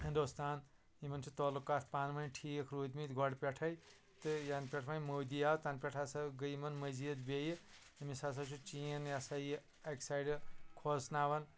Hindustan Yemen چھُ تعلُقات پانہٕ وٕنۍ ٹھیٖک روٗدۍ مٕتۍ گۄڈٕ پٮ۪ٹھے تہٕ یَنہٕ پٮ۪ٹھٕ وۅنۍ مودی آو تَنہٕ پٮ۪ٹھٕ ہَسا گٔے یمن مزیٖد بیٚیہِ أمِس ہَسا چھُ چیٖن یا سا یہِ اَکہِ سایڈٕ کھوژٕناون